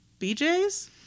BJs